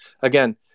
again